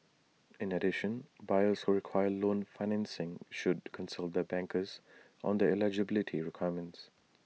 in addition buyers who require loan financing should consult their bankers on their eligibility requirements